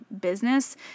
business